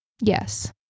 Yes